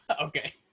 Okay